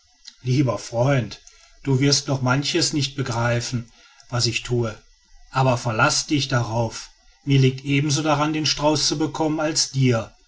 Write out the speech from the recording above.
lieber freund du wirst noch manches nicht begreifen was ich thue aber verlasse dich darauf mir liegt ebensoviel daran den strauß zu bekommen als dir